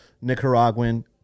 Nicaraguan